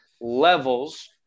levels